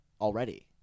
already